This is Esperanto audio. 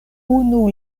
unu